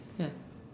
ya